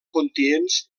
continents